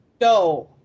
no